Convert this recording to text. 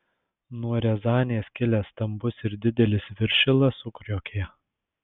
nuo riazanės kilęs stambus ir didelis viršila sukriokė